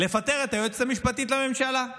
לפטר את היועצת המשפטית לממשלה,